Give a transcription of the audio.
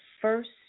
first